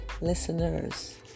Listeners